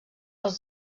als